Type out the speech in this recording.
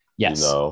Yes